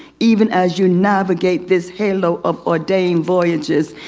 even as you navigate this halo of ordained voyages.